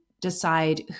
decide